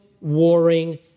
warring